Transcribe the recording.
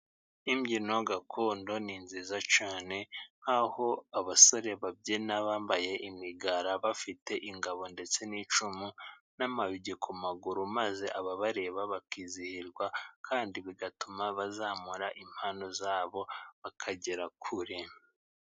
Imbyino gakondo ni nziza cyane, aho abasore babyina bambaye imigara bafite ingabo ndetse n'icumu, n'amayugi ku maguru maze ababareba bakizihirwa kandi bigatuma bazamura impano zabo bakagera kure.